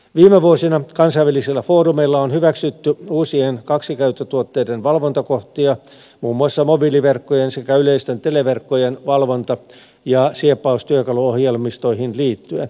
viime vuosina kansainvälisillä foorumeilla on hyväksytty uusia kaksikäyttötuotteiden valvontakohtia muun muassa mobiiliverkkojen sekä yleisten televerkkojen valvonta ja sieppaustyökaluohjelmistoihin liittyen